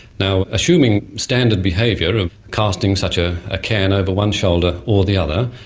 now, assuming standard behaviour of casting such a ah can over one shoulder or the other,